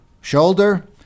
Shoulder